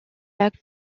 lacs